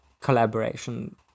collaboration